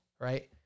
right